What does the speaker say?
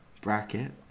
bracket